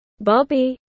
Bobby